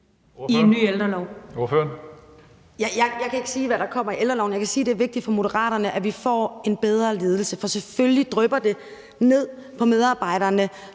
Rosa Eriksen (M): Jeg kan ikke sige, hvad der kommer i ældreloven, men jeg kan sige, at det er vigtigt for Moderaterne, at vi får en bedre ledelse, for selvfølgelig drypper det ned på medarbejderne,